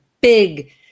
big